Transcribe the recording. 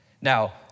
Now